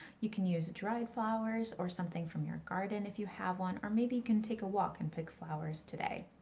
you can use dried flowers or something from your garden, if you have one, or maybe you can take a walk and pick flowers today.